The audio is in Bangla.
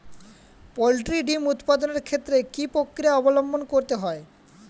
পোল্ট্রি ডিম উৎপাদনের ক্ষেত্রে কি পক্রিয়া অবলম্বন করতে হয়?